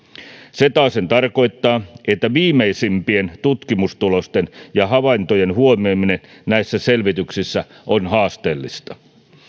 se taasen tarkoittaa että viimeisimpien tutkimustulosten ja havaintojen huomioiminen näissä selvityksissä on haasteellista